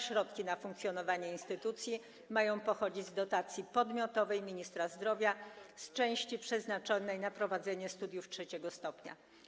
Środki na funkcjonowanie instytucji mają pochodzić z dotacji podmiotowej ministra zdrowia z części przeznaczonej na prowadzenie studiów trzeciego stopnia.